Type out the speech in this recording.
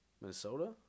Minnesota